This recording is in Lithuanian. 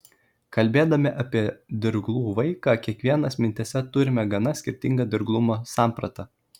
kalbėdami apie dirglų vaiką kiekvienas mintyse turime gana skirtingą dirglumo sampratą